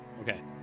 Okay